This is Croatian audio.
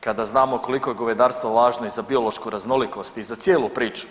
kada znamo koliko je govedarstvo važno i za biološku raznolikost i za cijelu priču.